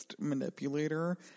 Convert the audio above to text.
manipulator